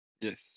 Yes